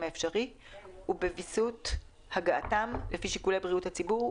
האפשרי תוך וויסות הגעתם לפי שיקולי בריאות הציבור,